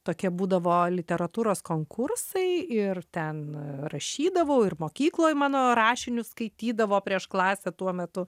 tokie būdavo literatūros konkursai ir ten rašydavau ir mokykloj mano rašinius skaitydavo prieš klasę tuo metu